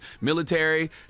military